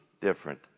different